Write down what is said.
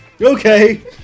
Okay